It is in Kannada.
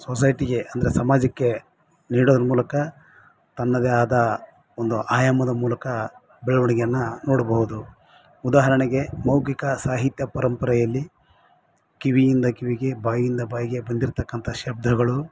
ಸೊಸೈಟಿಗೆ ಅಂದರೆ ಸಮಾಜಕ್ಕೆ ನೀಡೋದ್ರ ಮೂಲಕ ತನ್ನದೇ ಆದ ಒಂದು ಆಯಾಮದ ಮೂಲಕ ಬೆಳವಣಿಗೆಯನ್ನು ನೋಡ್ಬೌದು ಉದಾಹರಣೆಗೆ ಮೌಖಿಕ ಸಾಹಿತ್ಯ ಪರಂಪರೆಯಲ್ಲಿ ಕಿವಿಯಿಂದ ಕಿವಿಗೆ ಬಾಯಿಂದ ಬಾಯಿಗೆ ಬಂದಿರ್ತಕ್ಕಂಥ ಶಬ್ದಗಳು